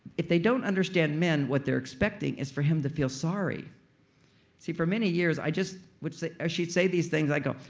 if they don't understand men what they're expecting is for him to feel sorry see, for many years, i'd just would say, ah she'd say these things, i'd go,